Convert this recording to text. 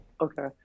okay